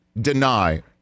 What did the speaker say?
deny